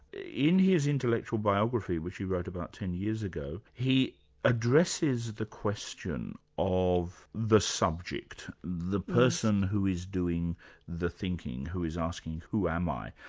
in his intellectual biography, which he wrote about ten years ago, he addresses the question of the subject, the person who is doing the thinking, who is asking who am i?